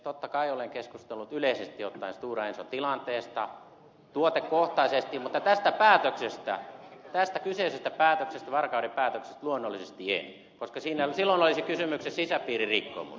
totta kai olen keskustellut yleisesti ottaen stora enson tilanteesta tuotekohtaisesti mutta tästä päätöksestä tästä kyseisestä päätöksestä varkauden päätöksestä luonnollisesti en koska silloin olisi kysymyksessä sisäpiiririkkomus